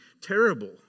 terrible